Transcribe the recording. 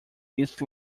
east